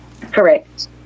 Correct